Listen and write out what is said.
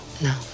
No